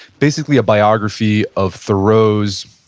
basically a biography of thoreau's,